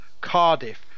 Cardiff